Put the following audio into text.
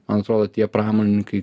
man atrodo tie pramonininkai